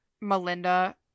Melinda